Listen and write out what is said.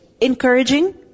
encouraging